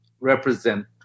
represent